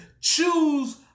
choose